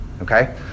Okay